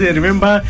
remember